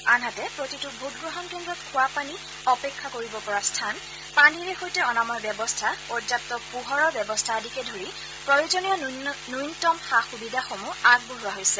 আনহাতে প্ৰতিটো ভোটগ্ৰহণ কেন্দ্ৰত খোৱাপানী অপেক্ষা কৰিব পৰা স্থান পানীৰে সৈতে অনাময় ব্যৱস্থা পৰ্যাপ্ত পোহৰৰ ব্যৱস্থা আদিকে ধৰি প্ৰয়োজনীয় ন্যনতম সা সুবিধাসমূহ আগবঢ়োৱা হৈছে